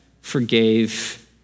forgave